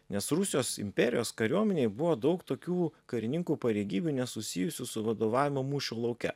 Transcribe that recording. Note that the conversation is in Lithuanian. nes rusijos imperijos kariuomenėj buvo daug tokių karininkų pareigybių nesusijusių su vadovavimo mūšio lauke